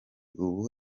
ubu